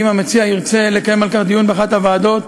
ואם המציע ירצה לקיים על כך דיון באחת הוועדות,